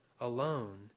alone